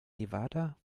nevada